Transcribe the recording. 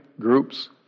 groups